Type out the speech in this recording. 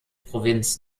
provinz